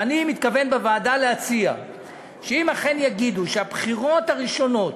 ואני מתכוון בוועדה להציע שאם אכן יגידו שהבחירות הראשונות,